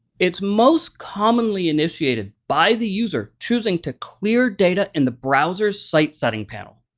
it's most commonly initiated by the user choosing to clear data in the browser site setting panel.